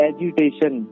Agitation